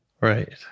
right